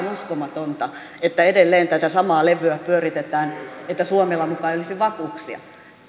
uskomatonta että edelleen tätä samaa levyä pyöritetään että suomella muka ei olisi vakuuksia